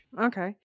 Okay